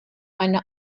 eine